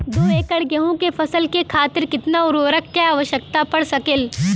दो एकड़ गेहूँ के फसल के खातीर कितना उर्वरक क आवश्यकता पड़ सकेल?